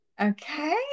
Okay